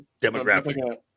demographic